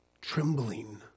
trembling